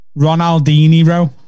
Ronaldinho